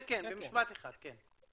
כן, במשפט אחד.